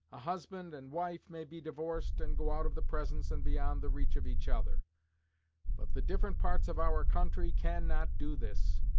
a husband and wife may be divorced, and go out of the presence and beyond the reach of each other but the different parts of our country cannot do this.